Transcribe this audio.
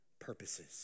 purposes